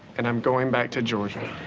and i'm going back to georgia.